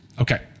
Okay